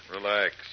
Relax